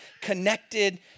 connected